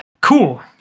cool